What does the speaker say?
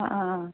ആ ആ